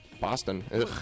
Boston